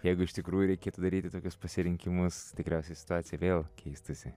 jeigu iš tikrųjų reikėtų daryti tokius pasirinkimus tikriausiai situacija vėl keistųsi